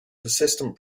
persistent